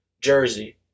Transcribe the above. Jersey